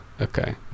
okay